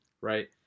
Right